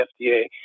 FDA